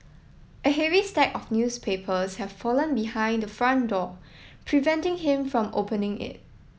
a heavy stack of newspapers have fallen behind the front door preventing him from opening it